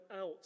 out